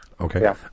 Okay